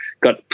got